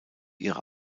ihre